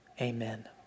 Amen